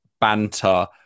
banter